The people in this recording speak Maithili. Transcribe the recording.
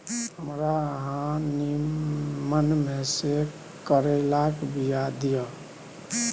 हमरा अहाँ नीमन में से करैलाक बीया दिय?